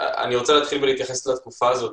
אני רוצה להתחיל ולהתייחס לתקופה הזו,